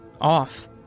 off